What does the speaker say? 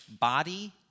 body